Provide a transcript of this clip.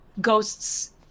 ghosts